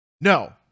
No